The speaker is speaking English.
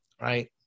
right